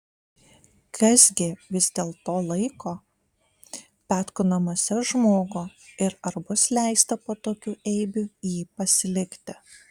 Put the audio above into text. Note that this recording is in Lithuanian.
kas gi vis dėlto laiko petkų namuose žmogų ir ar bus leista po tokių eibių jį pasilikti